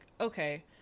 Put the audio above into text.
okay